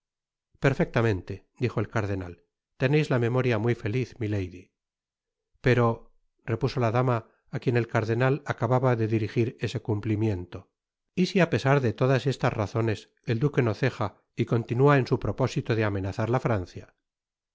perfectamente dijo el cardenal teneis la memoria muy feliz milady pero repuso la dama á quien el cardenal acababa de dirijir ese cumplimiento y si apesar de todas estas razones el duque no ceja y continua en su propósito de amenazar la francia